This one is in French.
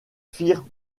firent